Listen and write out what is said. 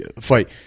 fight